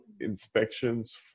inspections